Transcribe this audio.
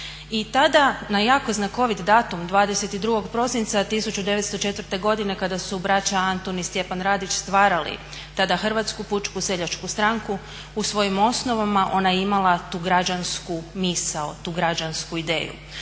I tada na jako znakovit datum 22.12.1904.godine kada su braća Antun i Stjepan Radić stvarali tada Hrvatsku pučku seljačku stranku u svojim osnovama ona je imala tu građansku misao, tu građansku ideju.